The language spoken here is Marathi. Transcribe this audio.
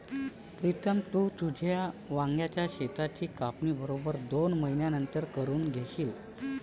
प्रीतम, तू तुझ्या वांग्याच शेताची कापणी बरोबर दोन महिन्यांनंतर करून घेशील